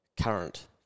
current